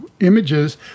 images